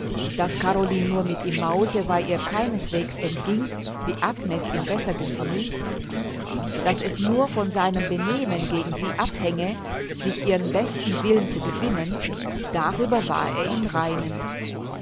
daß caroline nur mit ihm maulte weil ihr keineswegs entging wie agnes ihm besser gefiel daß es nur von seinem benehmen gegen sie abhänge sich ihren besten willen zu gewinnen darüber war er im reinen